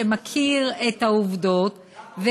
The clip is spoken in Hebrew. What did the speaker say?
אשר מכיר את העובדות,